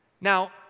Now